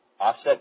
offset